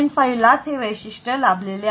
5 लाच हे वैशिष्ट्य लाभलेले आहे